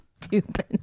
stupid